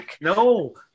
No